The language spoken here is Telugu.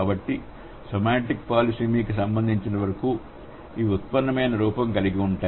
కాబట్టి సెమాంటిక్ పాలిసిమికి సంబంధించినంతవరకు ఇవి ఉత్పన్నమైన రూపం కలిగి ఉంటాయి